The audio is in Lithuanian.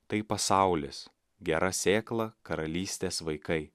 tai pasaulis gera sėkla karalystės vaikai